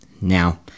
Now